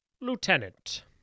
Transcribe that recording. Lieutenant